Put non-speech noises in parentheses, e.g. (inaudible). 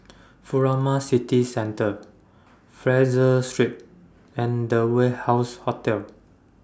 (noise) Furama City Centre Fraser Street and The Warehouse Hotel